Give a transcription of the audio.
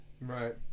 Right